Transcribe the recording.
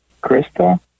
Crystal